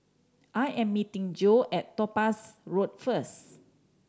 I am meeting Joe at Topaz Road first